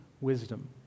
wisdom